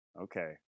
Okay